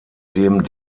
dem